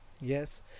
yes